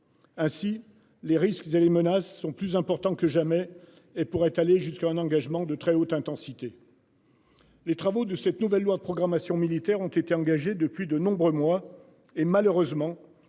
Ainsi les risques, les menaces sont plus importants que jamais et pourrait aller jusqu'à un engagement de très haute intensité. Les travaux de cette nouvelle loi de programmation militaire ont été engagés depuis de nombreux mois et malheureusement,